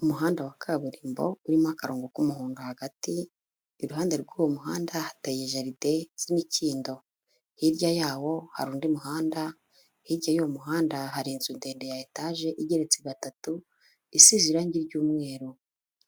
Umuhanda wa kaburimbo urimo akarongo k'umuhondo hagati, iruhande rw'uwo muhanda hateye jaride zirimo imikindo, hirya yawo hari undi muhanda, hirya y'uwo muhanda hari inzu ndende ya etaje igeretse gatatu isize irangi ry'umweru,